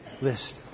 list